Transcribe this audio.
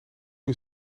een